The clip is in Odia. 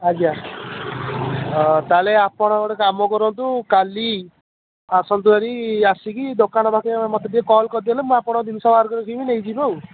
ଆଜ୍ଞା ତା'ହେଲେ ଆପଣ ଗୋଟେ କାମ କରନ୍ତୁ କାଲି ଆସନ୍ତୁ ଭାରି ଆସିକି ଦୋକାନ ପାଖରେ ମୋତେ ଟିକେ କଲ୍ କରିଦେଲେ ମୁଁ ଆପଣଙ୍କ ଜିନିଷ ବାହାର କରିକି ରଖିଥିବି ନେଇଯିବ ଆଉ